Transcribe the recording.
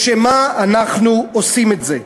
לשם מה אנחנו עושים את זה?